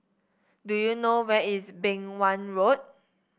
do you know where is Beng Wan Road